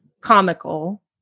comical